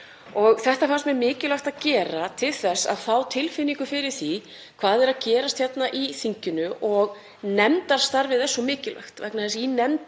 Þetta fannst mér mikilvægast að gera til þess að fá tilfinningu fyrir því hvað væri að gerast hér í þinginu. Nefndarstarfið er svo mikilvægt vegna þess